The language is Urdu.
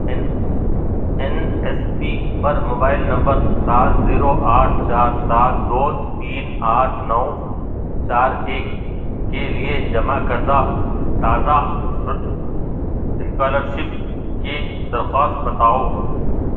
N N S P mobile number نمبر سات زیرو آٹھ چار سات دو تین آٹھ نو چار ایک کے لیے جمع کردہ تازہ اسکالرشپ کی درخواست بتاؤ